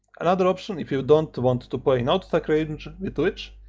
another option, if you dont want to play in aa like range with lich,